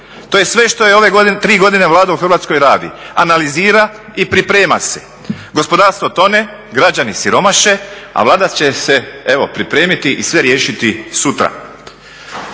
To je sve što je ove 3 godine Vlada u Hrvatskoj radila, analizira i priprema se. Gospodarstvo tone, građani siromaše a Vlada će se evo pripremiti i sve riješiti sutra.